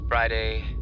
Friday